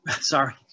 Sorry